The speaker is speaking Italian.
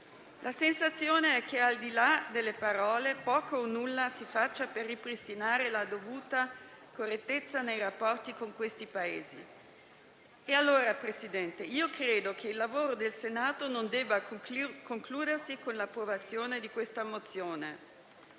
La sensazione è che, al di là delle parole, poco o nulla si faccia per ripristinare la dovuta correttezza nei rapporti con quei Paesi. Presidente, credo allora che il lavoro del Senato non debba concludersi con l'approvazione di questa mozione.